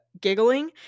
giggling